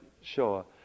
sure